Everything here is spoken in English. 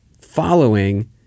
following